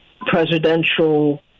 presidential